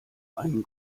einen